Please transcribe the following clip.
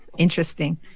interesting.